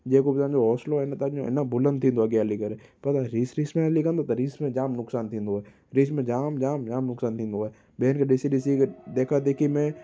जेको बि तव्हांजो हौसिलो आहे न तव्हांजो अञा बुलंदु थींदो अॻियां हली करे पर रीस रीस में हली कंदव त रीस में जाम नुक़सानु थींदव रीस में जाम जाम जाम नुक़सानु थींदो आहे ॿियनि खे ॾिसी ॾिसी देखा देखी में